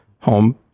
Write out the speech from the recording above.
home